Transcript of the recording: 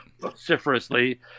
vociferously